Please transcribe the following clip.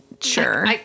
Sure